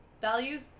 Values